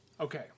Okay